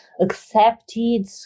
accepted